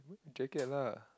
jacket lah